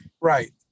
Right